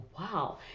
wow